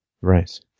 Right